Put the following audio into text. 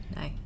No